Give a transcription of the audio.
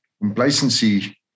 Complacency